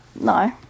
no